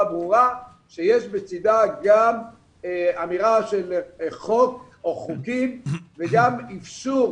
ברורה שיש בצידה גם אמירה של חוק או חוקים וגם אפשור